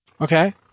Okay